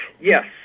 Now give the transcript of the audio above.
Yes